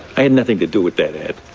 i had nothing to do with that ad.